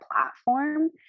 platform